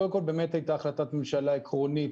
(הצגת מצגת) באמת הייתה החלטת ממשלה עקרונית,